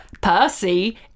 Percy